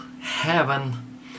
heaven